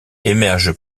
émerge